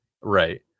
right